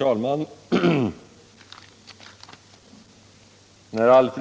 Herr talman! Alf